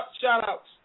shout-outs